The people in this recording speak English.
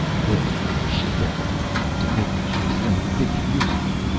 witch! she-devil! tecuhltli should have slain you fifty years ago!